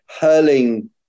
hurling